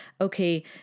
okay